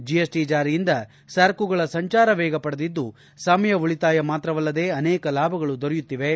GST ಜಾರಿಯಿಂದ ಸರಕುಗಳ ಸಂಚಾರ ವೇಗ ಪಡೆದಿದ್ದು ಸಮಯ ಉಳಿತಾಯ ಮಾತ್ರವಲ್ಲದೇ ಅನೇಕ ಲಾಭಗಳು ದೊರೆಯುತ್ತಿವೆ